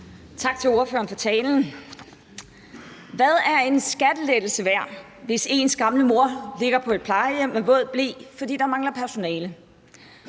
Tak til ordføreren for talen. Hvad er en skattelettelse værd, hvis ens gamle mor ligger på et plejehjem med våd ble, fordi der mangler personale?